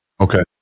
okay